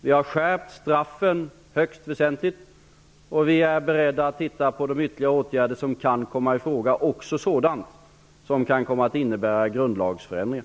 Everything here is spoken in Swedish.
Vi har skärpt straffen högst väsentligt, och vi är beredda att se på vilka ytterligare åtgärder som kan komma i fråga, också sådana som kan komma att innebära grundlagsförändringar.